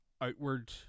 outward